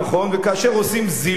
וכאשר עושים זילות,